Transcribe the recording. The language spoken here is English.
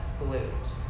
glute